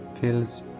feels